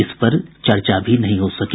इसपर चर्चा भी नहीं हो सकी